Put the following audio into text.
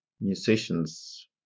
musicians